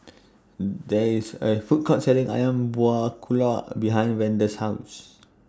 There IS A Food Court Selling Ayam Buah Keluak behind Vander's House